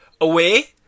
away